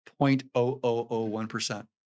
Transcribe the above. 0.0001%